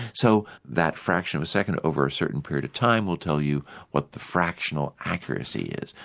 so that fraction of a second over a certain period of time will tell you what the fractional accuracy is.